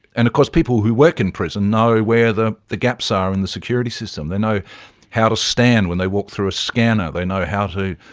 and of course people who work in prison know where the the gaps are in the security system. they know how to stand when they walk through a scanner, they know how to,